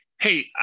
hey